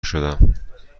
شدم